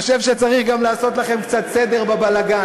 אני חושב שצריך גם לעשות לכם קצת סדר בבלגן.